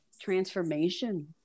transformation